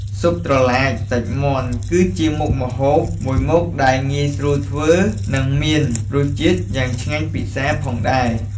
ស៊ុបត្រឡាច សាច់មាន់ គឺជាមុខម្ហូបមួយមុខដែលងាយស្រួលធ្វើ និងមានរសជាតិយ៉ាងឆ្ងាញ់ពិសាផងដែរ។